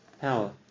power